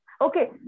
Okay